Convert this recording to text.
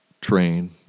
train